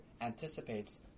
anticipates